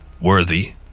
Worthy